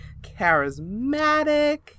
charismatic